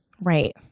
Right